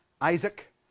Isaac